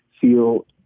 feel